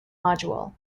module